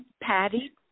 Patty